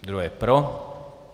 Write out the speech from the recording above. Kdo je pro?